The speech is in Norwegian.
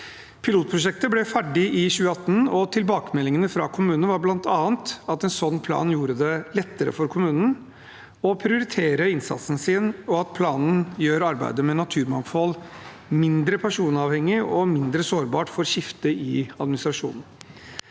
Pilotprosjektet ble ferdig i 2018, og tilbakemeldingene fra kommunene var bl.a. at en sånn plan gjorde det lettere for kommunen å prioritere innsatsen sin, og at planen gjør arbeidet med naturmangfold mindre personavhengig og mindre sårbart for skifte i administrasjonen.